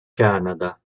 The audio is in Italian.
canada